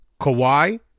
Kawhi